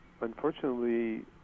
Unfortunately